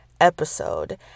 episode